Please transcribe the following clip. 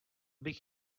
bych